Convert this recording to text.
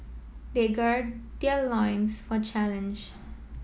they gird their loins for challenge